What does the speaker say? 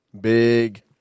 Big